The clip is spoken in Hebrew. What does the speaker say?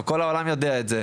כל העולם יודע את זה.